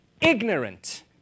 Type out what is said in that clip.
ignorant